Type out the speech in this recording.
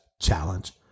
challenge